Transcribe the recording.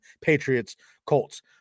Patriots-Colts